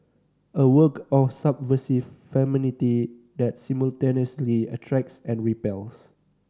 a work of subversive femininity that simultaneously attracts and repels